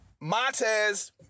Montez